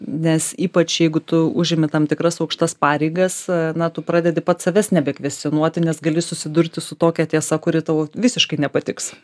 nes ypač jeigu tu užimi tam tikras aukštas pareigas na tu pradedi pats savęs nebekvestionuoti nes gali susidurti su tokia tiesa kuri tau visiškai nepatiks